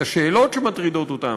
את השאלות שמטרידות אותם,